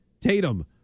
Tatum